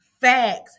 Facts